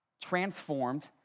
transformed